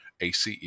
ACE